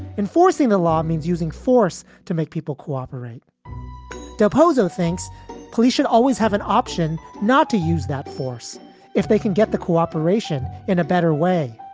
enforcing the law means using force to make people cooperate del pozo thinks police should always have an option not to use that force if they can get the cooperation in a better way